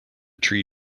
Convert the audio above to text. tree